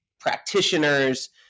practitioners